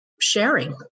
sharing